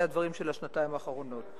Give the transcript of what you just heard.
אלה הדברים של השנתיים האחרונות.